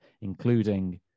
including